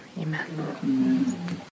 Amen